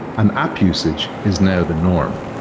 and app usage is now the norm.